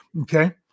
Okay